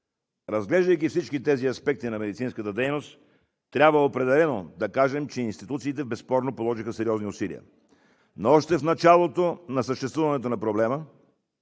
Разглеждайки всички тези аспекти на медицинската дейност, определено трябва да кажем, че институциите безспорно положиха сериозни усилия. В началото на съществуването на проблема